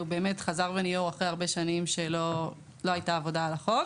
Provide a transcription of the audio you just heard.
הוא באמת חזר אחרי הרבה שנים שלא הייתה עבודה על החוק.